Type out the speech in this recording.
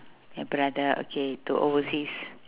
your brother okay to overseas